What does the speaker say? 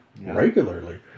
regularly